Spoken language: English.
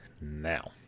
now